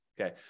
okay